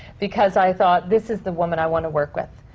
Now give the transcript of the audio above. because i thought, this is the woman i want to work with.